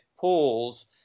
pulls